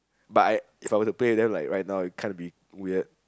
but I If I were to play them like right now it kind of be weird